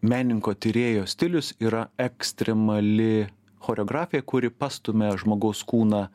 menininko tyrėjo stilius yra ekstremali choreografija kuri pastumia žmogaus kūną